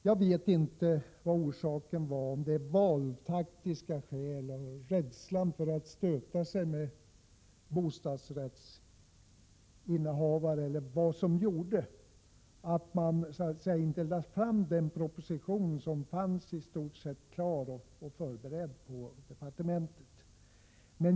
Jag vet inte om det var valtaktiska skäl, rädslan för att stöta sig med bostadsrättshavare, eller vad som gjorde att han inte lade fram den proposition som fanns i stort sett klar i departementet.